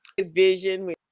vision